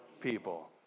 people